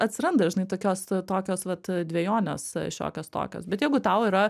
atsiranda žinai tokios tokios vat dvejonės šiokios tokios bet jeigu tau yra